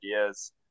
ideas